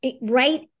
Right